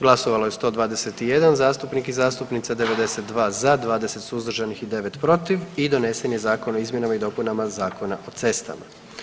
Glasovalo je 121 zastupnik i zastupnica, 92 za, 20 suzdržanih i 9 protiv i donesen Zakon o izmjenama i dopunama Zakona o cestama.